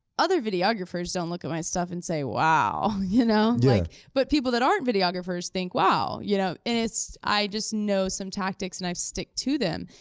other videographers don't look at my stuff and say, wow, you know? like but people that aren't videographers think wow. you know and i just know some tactics and i stick to them,